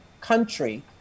country